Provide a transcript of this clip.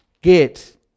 get